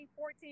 14